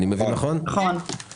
נכון,